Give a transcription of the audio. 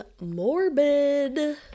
Morbid